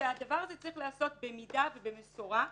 הדבר הזה צריך להיעשות במידה ובמשורה,